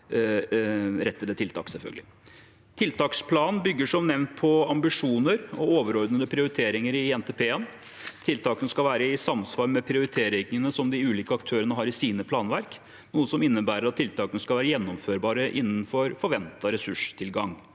Tiltaksplanen bygger som nevnt på ambisjoner og overordnede prioriteringer i NTP-en. Tiltakene skal være i samsvar med prioriteringene som de ulike aktørene har i sine planverk, noe som innebærer at tiltakene skal være gjennomførbare innenfor forventet ressurstilgang.